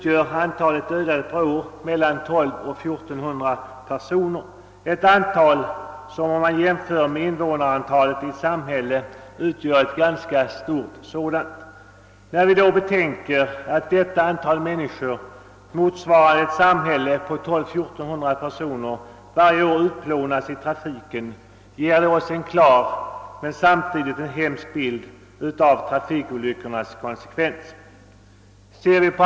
gör antalet dödade per år mellan 1200 och 1 400, alltså motsvarande invånarantalet i ett ganska stort svenskt samhälle. När vi betänker detta — att så många människor, motsvarande ett samhälle på 1200 till 1400 personer per år, utplånas i trafiken — ger det oss en klar men samtidigt hemsk bild av trafikolyckornas konsekvenser.